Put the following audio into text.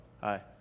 Hi